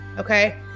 Okay